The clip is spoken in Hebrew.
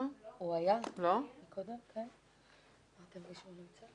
לקדם את